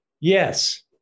Yes